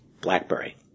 BlackBerry